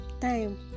time